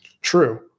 True